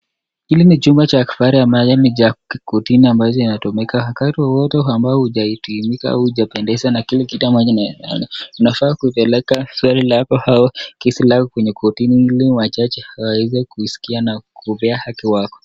Hili ni chumba cha kifahari ambacho ni cha kortini ambacho kinatumika wakati wowote ambao hujahitimika au hujapendeza na kile kitu ambacho kinaonekana. Inafaa kupeleka sera lako au kesi lako kwenye kortini ili wajaji waweze kuisikia na kupea haki wako.